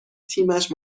تیمش